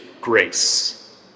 grace